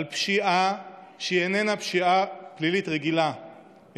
על פשיעה שהיא איננה פשיעה פלילית רגילה,